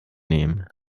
nehmen